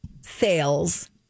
sales